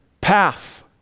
path